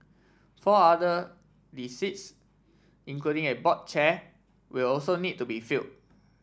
four other the seats including a board chair will also need to be filled